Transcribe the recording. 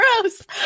Gross